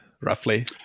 roughly